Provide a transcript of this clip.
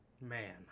man